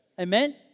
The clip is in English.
Amen